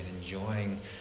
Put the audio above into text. enjoying